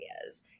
areas